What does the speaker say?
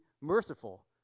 merciful